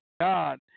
God